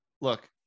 Look